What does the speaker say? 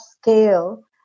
scale